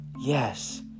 Yes